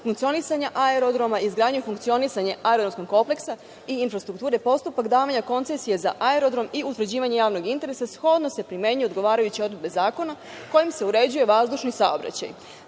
funkcionisanja aerodroma, izgradnju i funkcionisanje aerodromskog kompleksa i infrastrukture, postupak davanja koncesije za aerodrom i utvrđivanje javnog interesa, shodno se primenjuju odgovarajuće odredbe zakona kojim se uređuje vazdušni saobraćaj,